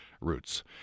Roots